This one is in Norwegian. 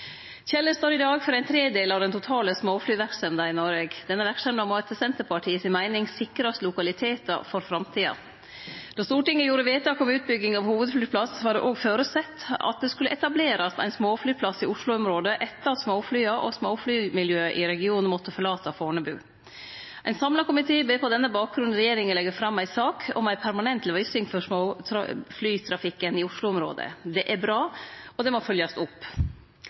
Kjeller står i dag for ein tredel av den totale småflyverksemda i Noreg. Denne verksemda må etter Senterpartiets meining sikrast lokalitetar for framtida. Då Stortinget gjorde vedtak om utbygging av hovudflyplass, var det òg føresett at det skulle etablerast ein småflyplass i Oslo-området etter at småflya og småflymiljøet i regionen måtte forlate Fornebu. Ein samla komité ber på denne bakgrunnen regjeringa leggje fram ei sak om ei permanent løysing for småflytrafikken i Oslo-området. Det er bra, og det må følgjast opp.